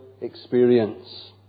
experience